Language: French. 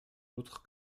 autre